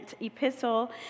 Epistle